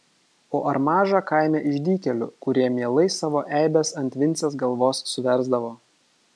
o ar maža kaime išdykėlių kurie mielai savo eibes ant vincės galvos suversdavo